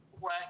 work